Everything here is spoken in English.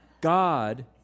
God